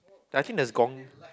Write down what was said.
I think there's gong~